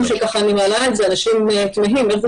כל אימת שאני מעלה את זה אנשים תמהים איך זה